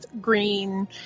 green